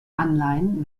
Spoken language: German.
anleihen